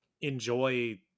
Enjoy